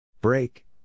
Break